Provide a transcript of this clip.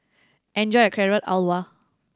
enjoy your Carrot Halwa